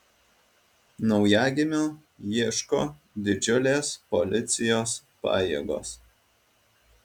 naujagimio ieško didžiulės policijos pajėgos